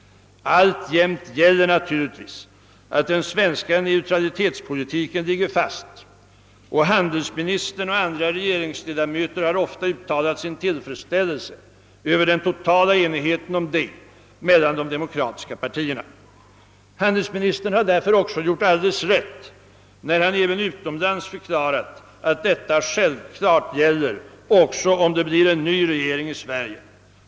Alltjämt gäller naturligtvis, att den svenska neutralitetspolitiken ligger fast, och handelsministern och andra regeringsledamöter har ofta uttalat sin tillfredsställelse över den totala enigheten härom mellan de demokratiska partierna. Handelsministern har därför också gjort alldeles rätt när han även utomlands förklarat, att detta självfallet också gäller om det blir en ny regering i Sverige.